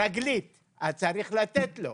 רגלית, אז צריך לתת לו.